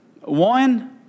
One